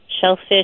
shellfish